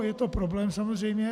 Je to problém samozřejmě.